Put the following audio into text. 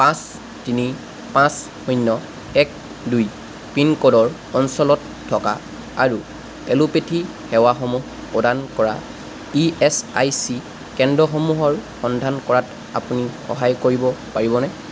পাঁচ তিনি পাঁচ শূন্য এক দুই পিন ক'ডৰ অঞ্চলত থকা আৰু এলোপেথী সেৱাসমূহ প্ৰদান কৰা ই এছ আই চি কেন্দ্ৰসমূহৰ সন্ধান কৰাত আপুনি সহায় কৰিব পাৰিবনে